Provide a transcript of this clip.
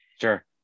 Sure